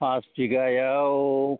फास बिगाआव